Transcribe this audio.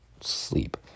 sleep